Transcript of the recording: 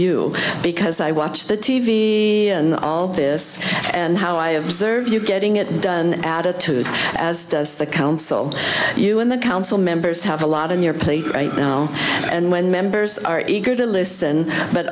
you because i watch the t v and all of this and how i observe you getting it done attitude as does the counsel you and the council members have a lot in your plate right now and when members are eager to listen but